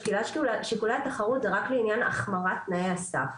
שקילת שיקולי התחרות היא רק לעניין החמרת תנאי הסף.